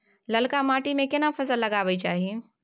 ललका माटी में केना फसल लगाबै चाही?